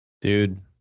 Dude